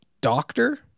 doctor